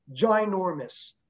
ginormous